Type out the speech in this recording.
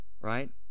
right